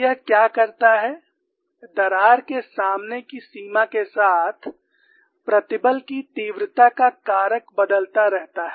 यह क्या करता है दरार के सामने की सीमा के साथ प्रतिबल की तीव्रता का कारक बदलता रहता है